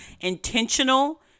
intentional